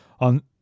On